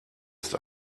ist